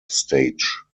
stage